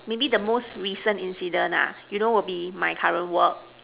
maybe the most recent incident nah you know will be my current work